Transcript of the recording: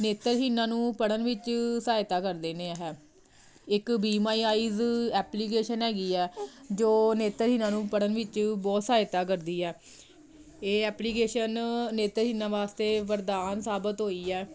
ਨੇਤਰਹੀਣਾਂ ਨੂੰ ਪੜ੍ਹਨ ਵਿੱਚ ਸਹਾਇਤਾ ਕਰਦੇ ਨੇ ਇਹ ਇੱਕ ਬੀ ਮਾਈ ਆਈਜ ਐਪਲੀਕੇਸ਼ਨ ਹੈਗੀ ਹੈ ਜੋ ਨੇਤਰਹੀਣਾਂ ਨੂੰ ਪੜ੍ਹਨ ਵਿੱਚ ਬਹੁਤ ਸਹਾਇਤਾ ਕਰਦੀ ਆ ਇਹ ਐਪਲੀਕੇਸ਼ਨ ਨੇਤਰਹੀਣਾਂ ਵਾਸਤੇ ਵਰਦਾਨ ਸਾਬਤ ਹੋਈ ਹੈ